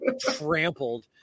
trampled